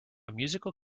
musical